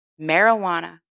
marijuana